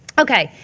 okay.